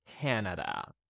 Canada